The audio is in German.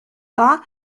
dar